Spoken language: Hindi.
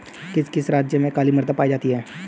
किस किस राज्य में काली मृदा पाई जाती है?